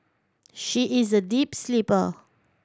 she is a deep sleeper